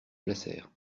placèrent